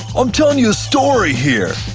i'm telling you a story, here!